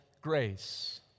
grace